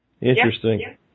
Interesting